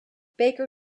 baker